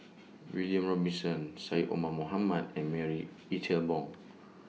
William Robinson Syed Omar Mohamed and Marie Ethel Bong